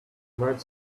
might